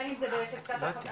בין אם בכלל זה בעניין הכוונה,